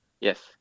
Yes